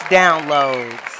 downloads